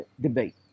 debate